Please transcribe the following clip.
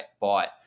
bought